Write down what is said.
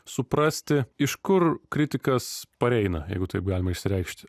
suprasti iš kur kritikas pareina jeigu taip galima išreikšti